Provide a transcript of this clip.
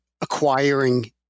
acquiring